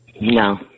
No